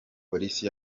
polisi